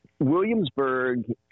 Williamsburg